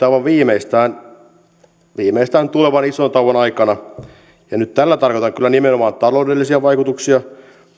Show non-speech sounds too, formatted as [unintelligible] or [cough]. [unintelligible] aivan viimeistään viimeistään tulevan ison tauon aikana ja tällä tarkoitan nyt kyllä nimenomaan taloudellisia vaikutuksia